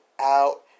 out